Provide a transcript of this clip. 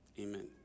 Amen